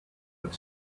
had